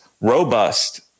robust